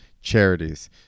charities